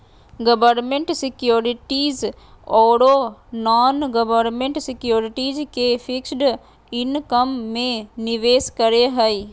government securities ओरो non government securities के fixed income में निवेश करे हइ